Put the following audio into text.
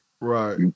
Right